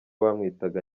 bamwitaga